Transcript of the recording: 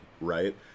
right